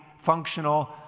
functional